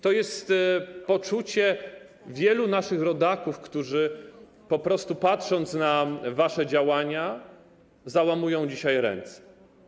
Takie jest poczucie wielu naszych rodaków, którzy po prostu, patrząc na wasze działania, załamują dzisiaj ręce.